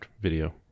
video